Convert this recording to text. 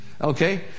okay